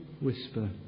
whisper